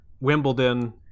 Wimbledon